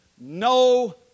No